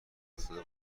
افتاده